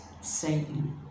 Satan